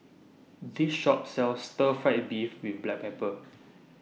This Shop sells Stir Fried Beef with Black Pepper